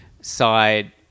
side